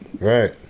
Right